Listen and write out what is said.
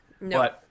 No